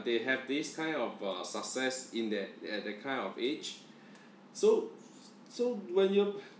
they have this kind of uh success in their at that kind of age so so when your